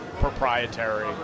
proprietary